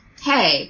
hey